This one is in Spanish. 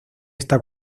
esta